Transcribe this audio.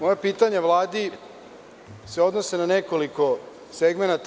Moja pitanja Vladi se odnose na nekoliko segmenata.